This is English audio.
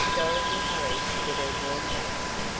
dorothy hurried to get her warm wraps,